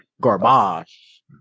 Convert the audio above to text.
garbage